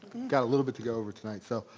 got a little bit to go over tonight, so.